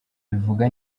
bivuga